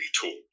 tall